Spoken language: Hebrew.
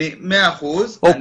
מאה אחוז.